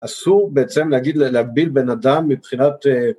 אסור בעצם להגיד, להבדיל בן אדם מבחינת...